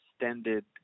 extended